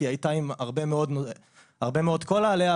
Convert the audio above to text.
כי היא הייתה עם הרבה מאוד קולה עליה,